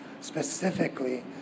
specifically